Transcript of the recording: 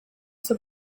zur